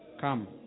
come